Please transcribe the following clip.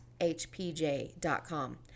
hpj.com